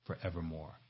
forevermore